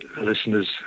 listeners